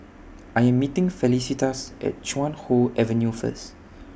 I Am meeting Felicitas At Chuan Hoe Avenue First